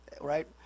right